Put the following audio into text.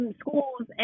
schools